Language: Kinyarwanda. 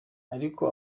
ariko